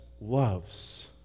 loves